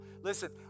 Listen